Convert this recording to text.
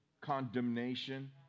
condemnation